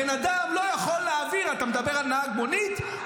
הבן אדם לא יכול להעביר, אתה מדבר על נהג מונית?